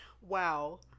Wow